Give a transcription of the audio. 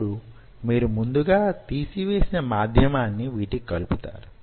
అప్పుడు మీరు ముందుగా తీసి వేసిన మాధ్యమాన్ని వీటికి కలుపుతారు